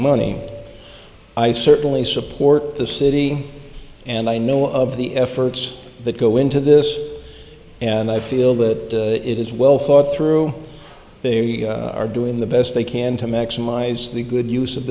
money i certainly support the city and i know of the efforts that go into this and i feel that it is well thought through they are doing the best they can to maximize the good use of